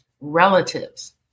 relatives